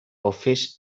office